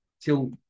till